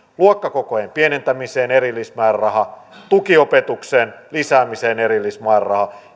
luokkakokojen pienentämiseen erillismääräraha tukiopetuksen lisäämiseen erillismääräraha